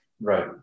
Right